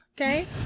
okay